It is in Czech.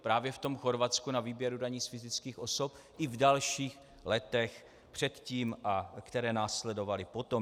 Právě v tom Chorvatsku na výběru daní z fyzických osob i v dalších letech předtím, a které následovaly potom.